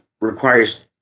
requires